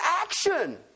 action